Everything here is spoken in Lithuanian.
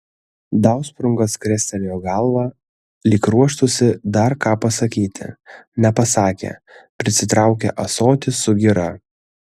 dausprungas krestelėjo galvą lyg ruoštųsi dar ką pasakyti nepasakė prisitraukė ąsotį su gira